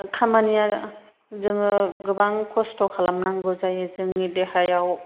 खामानिया जोङो गोबां खस्थ' खालामनांगौ जायो जोंनि देहायाव